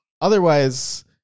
Otherwise